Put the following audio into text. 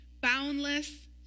boundless